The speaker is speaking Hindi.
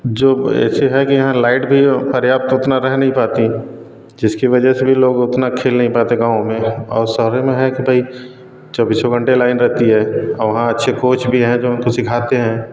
जो ऐसे हैं कि यहाँ लाइट भी पर्याप्त उतना रह नहीं पाती जिसकी वजह से भी लोग उतना खेल नहीं पाते गाँव में और शहर में है कि भाई चौबीसों घंटे लाइन रहती है और वहाँ अच्छे कोच भी हैं जो उनको सिखाते हैं